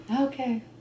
Okay